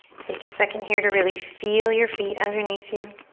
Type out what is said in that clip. take a second here to really feel your feet underneath you.